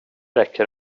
räcker